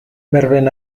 berben